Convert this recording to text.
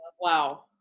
Wow